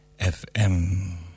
FM